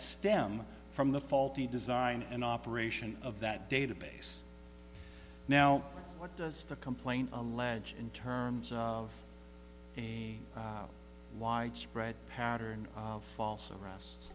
stem from the faulty design and operation of that database now what does the complaint allege in terms of widespread pattern of false arrest